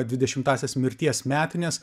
dvidešimtąsias mirties metines